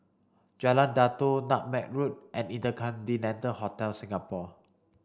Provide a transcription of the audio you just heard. Jalan Datoh Nutmeg Road and InterContinental Hotel Singapore